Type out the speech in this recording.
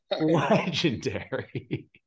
Legendary